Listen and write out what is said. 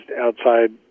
outside